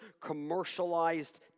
commercialized